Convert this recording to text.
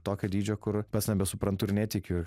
tokio dydžio kur pats nebesuprantu ir netikiu